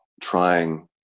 trying –